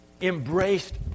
embraced